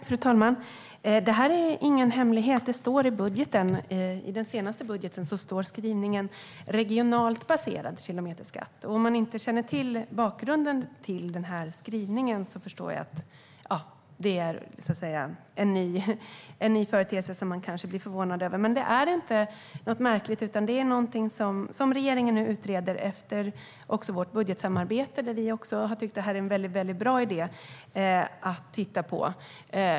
Fru talman! Det är ingen hemlighet. Det står i budgeten. I den senaste budgeten står skrivningen "regionalt baserad kilometerskatt". Om man inte känner till bakgrunden till skrivningen kan jag förstå att det är en ny företeelse som man kanske blir förvånad över. Men det är inte något märkligt utan någonting som regeringen nu utreder efter vårt budgetsamarbete. Vi har tyckt att det är en väldigt bra idé att titta på.